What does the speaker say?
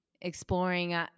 exploring